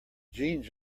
jeans